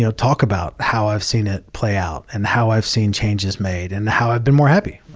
you know talk about how i've seen it play out and how i've seen changes made and how i've been more happy.